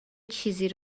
چیزی